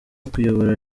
kuyobora